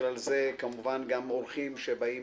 ובכלל זה כמובן גם אורחים שבאים